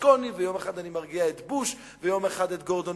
ברלוסקוני ויום אחד אני מרגיע את בוש ויום אחד את גורדון